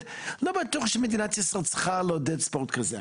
לא בטוח שמדינת ישראל צריכה לעודד ספורט כזה.